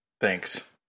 thanks